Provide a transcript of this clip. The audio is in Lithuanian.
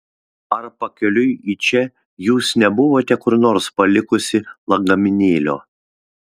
ar pakeliui į čia jūs nebuvote kur nors palikusi lagaminėlio